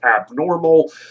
abnormal